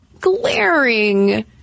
glaring